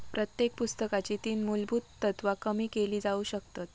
प्रत्येक पुस्तकाची तीन मुलभुत तत्त्वा कमी केली जाउ शकतत